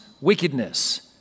wickedness